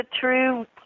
true